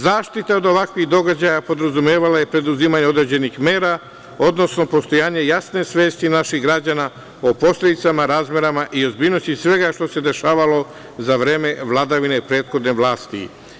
Zaštita od ovakvih događaja podrazumevala je preduzimanje određenih mera, odnosno postojanje jasne svesti naših građana o posledicama, razmerama i ozbiljnosti svega što se dešavalo za vreme vladavine prethodne vlasti.